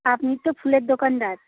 আপনি তো ফুলের দোকানদার